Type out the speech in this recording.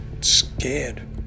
scared